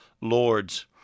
lords